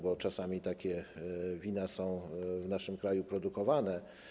Bo czasami takie wina są w naszym kraju produkowane.